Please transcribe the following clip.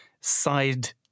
side